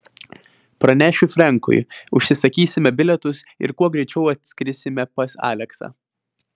pranešiu frenkui užsisakysime bilietus ir kuo greičiau atskrisime pas aleksą